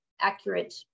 Accurate